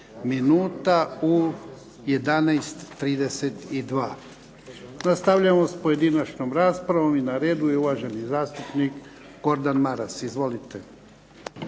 minuta u 11.32. Nastavljamo sa pojedinačnom raspravom. I na redu je uvaženi zastupnik Gordan Maras. Izvolite.